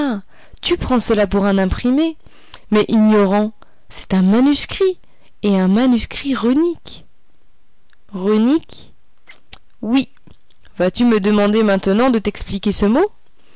tu prends cela pour un imprimé mais ignorant c'est un manuscrit et un manuscrit runique runique oui vas-tu me demander maintenant de t'expliquer ce mot